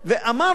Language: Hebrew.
אמרנו